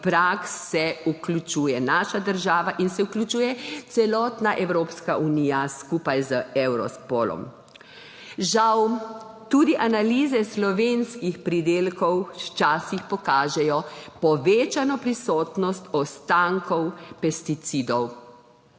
praks se vključuje naša država in se vključuje celotna Evropska unija, skupaj z Europolom. Žal tudi analize slovenskih pridelkov včasih pokažejo povečano prisotnost ostankov pesticidov.